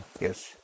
yes